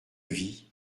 vit